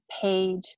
paid